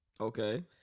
Okay